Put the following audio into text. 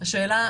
השאלה,